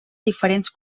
diferents